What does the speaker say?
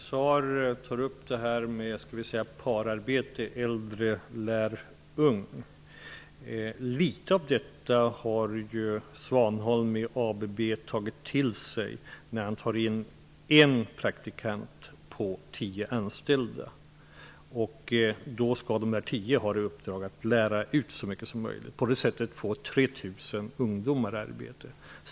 Herr talman! Claus Zaar tar upp pararbetet, dvs. att äldre lär ung. Litet av detta har Svanholm på ABB tagit till sig, när han tar in en praktikant på tio anställda. Då skall de tio ha i uppdrag att lära ut så mycket som möjligt. På det sättet får 3 000 ungdomar arbete.